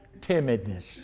timidness